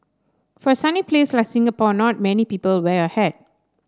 for a sunny place like Singapore not many people wear a hat